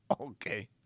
Okay